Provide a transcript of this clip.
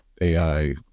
AI